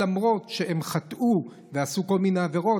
למרות שהם חטאו ועשו כל מיני עבירות.